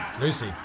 Lucy